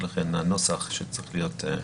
ולכן הנוסח שצריך להיות הוא יחיד.